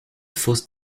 fosse